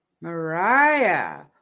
Mariah